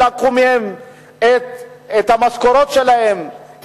שלקחו מהם את המשכורות שלהם,